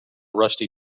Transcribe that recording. rusty